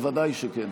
בוודאי שכן.